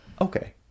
okay